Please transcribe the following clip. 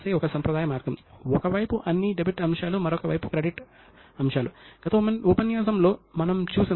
ఎందుకంటే మోసాలు జరగకుండా లేదా సరికాని ప్రవర్తన జరగకుండా చూసేందుకు నైపుణ్యం ఒక్కటే సరిపోదు అని ఆయన భావన